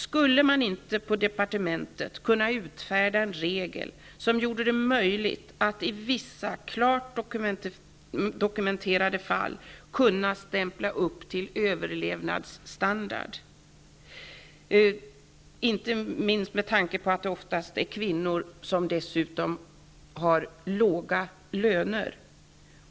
Skulle man inte på departementet kunna formulera en regel som gör det möjligt att i vissa, klart dokumenterade fall stämpla upp till ''överlevnadsstandard'', inte minst med tanke på att det oftast gäller kvinnor, som dessutom har låga löner?